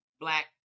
Black